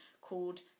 called